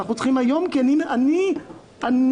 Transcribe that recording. אנחנו צריכים היום, כי אני חשוף.